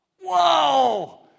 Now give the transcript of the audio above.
Whoa